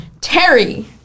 Terry